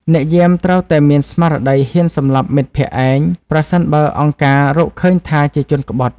អ្នកយាមត្រូវតែមានស្មារតីហ៊ានសម្លាប់មិត្តភក្តិឯង ប្រសិនបើអង្គការរកឃើញថាជាជនក្បត់។